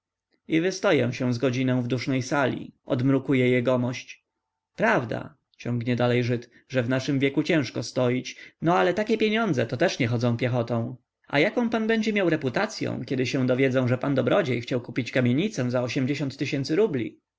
i wystoję się z godzinę w dusznej sali odmrukuje jegomość prawda ciągnie dalej żyd że w naszym wieku ciężko stoić no ale takie pieniądze to też nie chodzą piechotą a jaką pan będzie miał reputacyą kiedy się dowiedzą że pan dobrodziej chciał kupić kamienicę za rubli